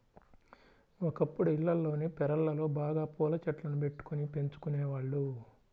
ఒకప్పుడు ఇళ్లల్లోని పెరళ్ళలో బాగా పూల చెట్లను బెట్టుకొని పెంచుకునేవాళ్ళు